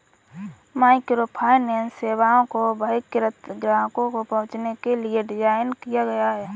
microfinance सेवाओं को बहिष्कृत ग्राहकों तक पहुंचने के लिए डिज़ाइन किया गया है